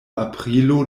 aprilo